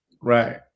right